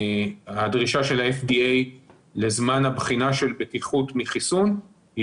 הדרישה של ה-FDA לזמן הבחינה של בטיחות מחיסון היא